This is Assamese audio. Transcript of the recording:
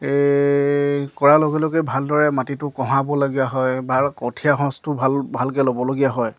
কৰাৰ লগে লগে ভালদৰে মাটিটো কহাবলগীয়া হয় বা কঠীয়া সঁচটো ভাল ভালকে ল'বলগীয়া হয়